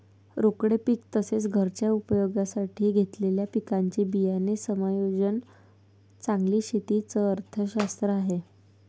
रोकड पीक तसेच, घरच्या उपयोगासाठी घेतलेल्या पिकांचे बियाणे समायोजन चांगली शेती च अर्थशास्त्र आहे